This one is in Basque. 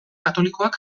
katolikoak